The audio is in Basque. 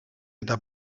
eta